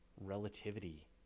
relativity